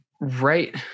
right